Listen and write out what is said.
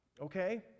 okay